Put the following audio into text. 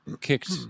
kicked